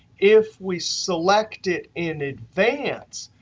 if we select it in advance,